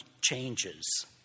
changes